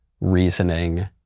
reasoning